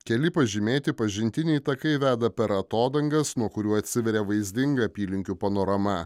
keli pažymėti pažintiniai takai veda per atodangas nuo kurių atsiveria vaizdinga apylinkių panorama